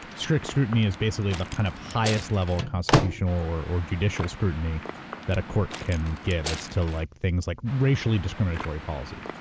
strict scrutiny is basically the kind of highest level of constitutional or or judicial scrutiny that a court can give. it's to like things like racially discriminatory policies.